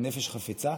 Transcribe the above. בנפש חפצה.